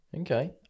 okay